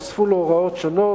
נוספו לו הוראות שונות,